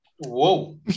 Whoa